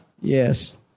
Yes